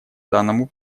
данному